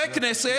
וחברי כנסת,